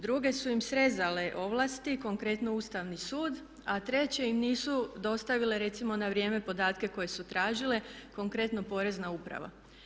Druge su im srezale ovlasti, konkretno Ustavni sud a treće im nisu dostavile recimo na vrijeme podatke koje su tražile, konkretno Porezna uprava.